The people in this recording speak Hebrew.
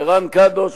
רן קדוש.